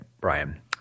Brian